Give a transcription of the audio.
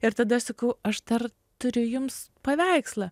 ir tada aš sakau aš dar turiu jums paveikslą